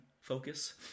focus